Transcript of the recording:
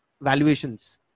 valuations